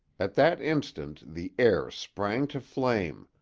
at that instant the air sprang to flame,